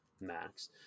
max